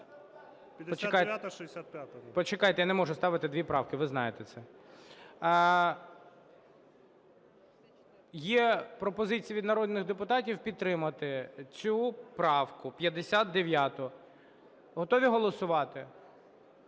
Почекайте, я не можу ставити дві правки, ви знаєте це. Є пропозиція від народних депутатів підтримати цю правку 59. Готові голосувати?